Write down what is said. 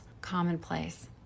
commonplace